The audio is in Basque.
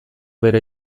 bera